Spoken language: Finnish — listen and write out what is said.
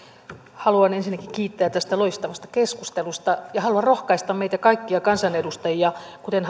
haluan ensinnäkin kiittää tästä loistavasta keskustelusta ja haluan rohkaista meitä kaikkia kansanedustajia kuten